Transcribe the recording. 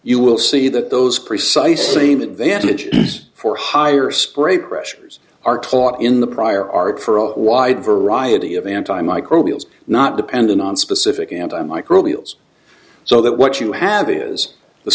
you will see that those precise same advantages for higher spray pressures are taught in the prior art for a wide variety of anti microbial not dependent on specific anti microbial so that what you have is the